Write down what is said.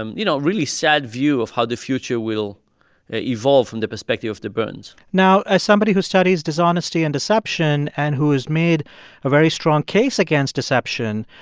and you know, really sad view of how the future will evolve from the perspective of the burns now, as somebody who studies dishonesty and deception and who has made a very strong case against deception,